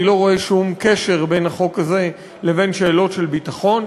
אני לא רואה שום קשר בין החוק הזה לבין שאלות של ביטחון,